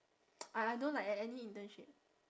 I I don't like at any internship